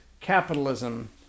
Capitalism